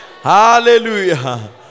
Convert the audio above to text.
Hallelujah